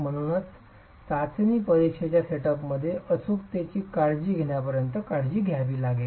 म्हणूनच चाचणी परीक्षेच्या सेटअपमध्येच अचूकतेची काळजी घेण्याइतपत काळजी घ्यावी लागेल